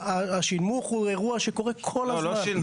הנושא, השנמוך הוא אירוע שקורה כל הזמן.